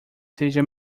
seja